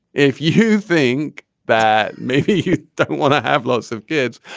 if you think that maybe you don't want to have lots of kids,